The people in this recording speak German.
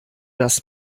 das